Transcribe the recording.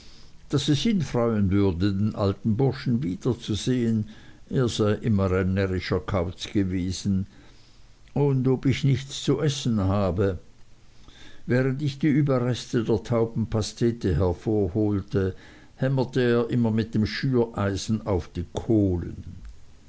daß es ihn freuen würde den alten burschen wiederzusehen er sei immer ein närrischer kauz gewesen und ob ich nichts zu essen habe während ich die überreste der taubenpastete hervorholte hämmerte er immer mit dem schüreisen auf die kohlen